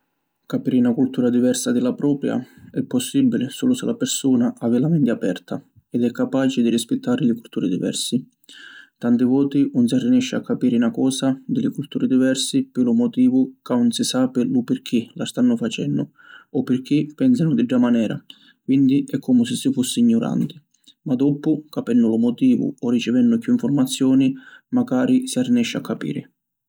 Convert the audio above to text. Capiri na cultura diversa di la propia è possibili sulu si la pirsuna havi la menti aperta ed è capaci di rispittari li culturi diversi. Tanti voti 'un si arrinesci a capiri na cosa di li culturi diversi pi lu motivu ca ‘un si sapi lu pirchì la stannu facennu o pirchì pensanu di dda manera, quindi è comu si si fussi gnuranti. Ma doppu, capennu lu motivu o ricivennu chiù nfurmazioni macari si arrinesci a capiri.